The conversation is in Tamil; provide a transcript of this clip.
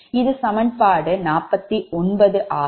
இது சமன்பாடு 49 ஆகும்